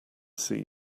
see